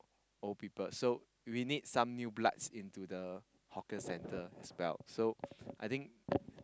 old people so we need some new bloods into the hawker centre as well so I think